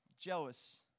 jealous